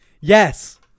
Yes